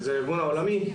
שהוא הארגון העולמי,